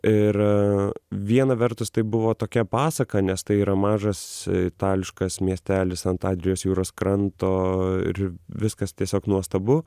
ir vieną vertus tai buvo tokia pasaka nes tai yra mažas itališkas miestelis ant adrijos jūros kranto ir viskas tiesiog nuostabu